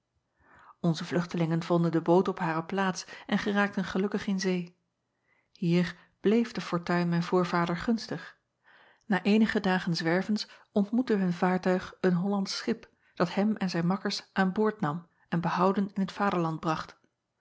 nze vluchtelingen vonden de boot op hare plaats en geraakten gelukkig in zee ier bleef de fortuin mijn voorvader gunstig na eenige dagen zwervens ontmoette hun vaartuig een ollandsch schip dat hem en zijn makkers aan boord nam en behouden in t vaderland bracht